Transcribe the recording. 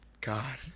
God